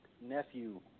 nephew